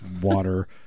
water